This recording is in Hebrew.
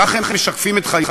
כך הם משקפים את חייהם,